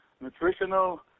nutritional